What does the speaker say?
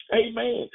Amen